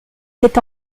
était